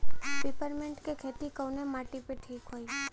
Peppermint के खेती कवने माटी पे ठीक होई?